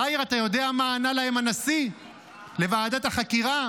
יאיר, אתה יודע מה ענה להם הנשיא לוועדת החקירה?